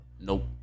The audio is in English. Nope